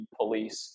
police